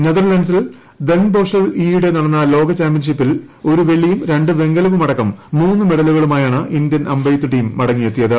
നെതർലന്റിലെ ദൻ ബോഷിൽ ഈയിടെ നടന്ന ലോകചാമ്പ്യൻഷിപ്പിൽ ഒരു വെള്ളിയും രണ്ട് വെങ്കലവുമടക്കം മൂന്ന് മെഡലുകളുമായാണ് ഇന്ത്യൻ അമ്പെയ്ത്ത് ടീം മടങ്ങിയെത്തിയത്